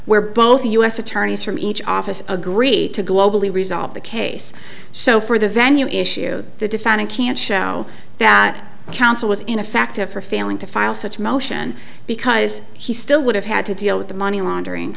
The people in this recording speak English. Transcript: where both the u s attorneys from each office agree to globally resolve the case so for the venue issue the defendant can show that counsel was ineffective for failing to file such motion because he still would have had to deal with the money laundering